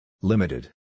Limited